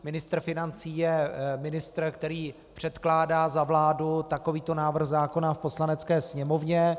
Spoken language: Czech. Ministr financí je ministr, který předkládá za vládu takovýto návrh zákona v Poslanecké sněmovně.